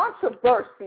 controversy